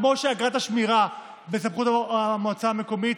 כמו שאגרת השמירה בסמכות המועצה המקומית,